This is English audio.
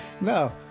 No